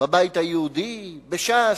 בבית היהודי, בש"ס,